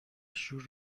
شور